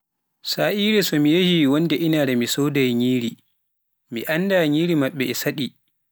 Saire nde mi yehhi wonde inaare mi soodai nyiri, mi anda nyi maɓɓe nde saɗi.